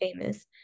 famous